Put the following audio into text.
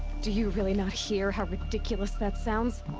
do you really not hear how ridiculous that sounds?